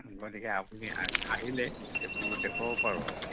গতিকে আপুনি আহিলে সেইবোৰ দেখুৱাব পাৰোঁ আৰু